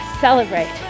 celebrate